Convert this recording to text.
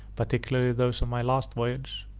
particularly those of my last voyage,